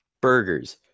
Burgers